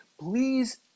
please